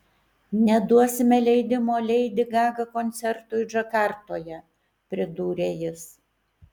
neduosime leidimo leidi gaga koncertui džakartoje pridūrė jis